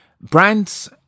Brands